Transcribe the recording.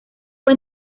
fue